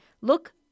look